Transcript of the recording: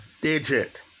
digit